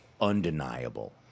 undeniable